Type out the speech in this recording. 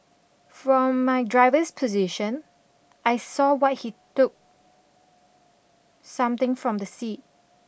from my driver's position I saw what he took something from the seat